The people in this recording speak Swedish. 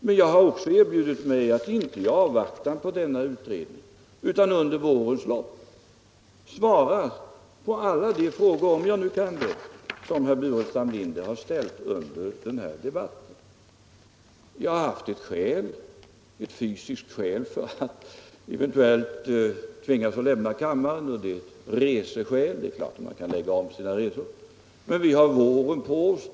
Men jag har också erbjudit mig att, inte i avvaktan på denna utredning utan under vårens lopp, svara på alla de frågor — om jag kan det - som han ställt under denna debatt. Jag har haft ett fysiskt skäl för att eventuellt tvingas lämna kammaren, nämligen en resa. Man kan självfallet lägga om sina resor, men vi har våren på oss.